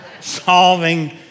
solving